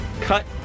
cut